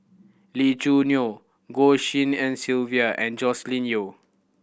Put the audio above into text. Lee Choo Neo Goh Tshin En Sylvia and Joscelin Yeo